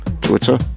Twitter